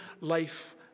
life